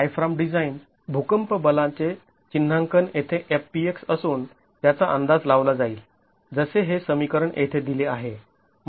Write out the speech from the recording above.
diaphragm design भूकंप बलाचे चिन्हांकन येथे Fpx असून त्याचा अंदाज लावला जाईल जसे हे समीकरण येथे दिले आहे